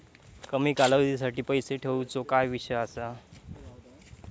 कमी कालावधीसाठी पैसे ठेऊचो काय विषय असा?